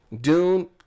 Dune